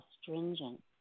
astringent